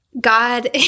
God